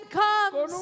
comes